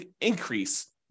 increase